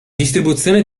distribuzione